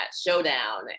Showdown